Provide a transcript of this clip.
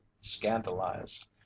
scandalized